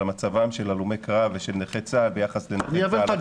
מצבם של הלומי קרב ושל נכי צה"ל ביחס לנכי צה"ל